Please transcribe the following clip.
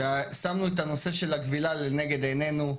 ששמנו את הנושא של הכבילה לנגד עינינו.